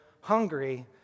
hungry